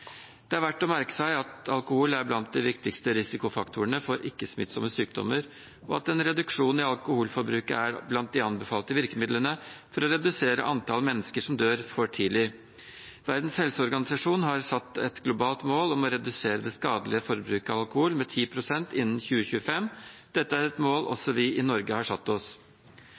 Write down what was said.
Det er verdt å merke seg at alkohol er blant de viktigste risikofaktorene for ikke-smittsomme sykdommer, og at en reduksjon i alkoholforbruket er blant de anbefalte virkemidlene for å redusere antall mennesker som dør for tidlig. Verdens helseorganisasjon har satt et globalt mål om å redusere det skadelige forbruket av alkohol med 10 pst. innen 2025. Dette er et mål også vi i Norge har satt oss.